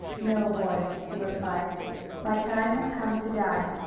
no, boy, he replied my time has come to die.